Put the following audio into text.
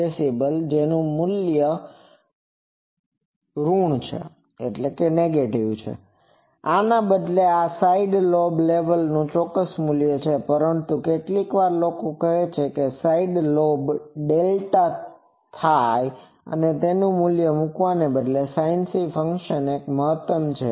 26db આને બદલે આ સાઇડ લોબ લેવલ નું એક ચોક્કસ મૂલ્ય છે પરંતુ કેટલીકવાર લોકો કહે છે કે સાઇડ લોબ ડેલ્ટા Δ થેટા θ આ મૂલ્ય મૂકવાને બદલે છે sinc ફંક્શન નો અંક મહત્તમ છે